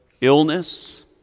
illness